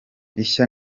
ishya